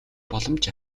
боломж